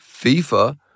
FIFA